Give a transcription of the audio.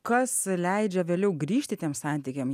kas leidžia vėliau grįžti tiem santykiam